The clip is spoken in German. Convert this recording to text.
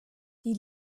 die